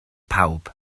pawb